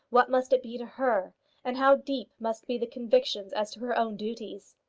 what must it be to her and how deep must be the convictions as to her own duties?